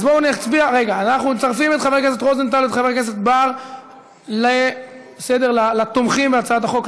אנחנו מצרפים את חבר הכנסת רוזנטל ואת חבר הכנסת בר לתומכים בהצעת החוק,